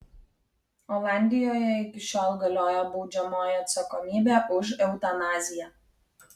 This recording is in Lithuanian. olandijoje iki šiol galioja baudžiamoji atsakomybė už eutanaziją